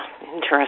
Interesting